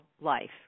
life